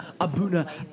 Abuna